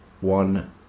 One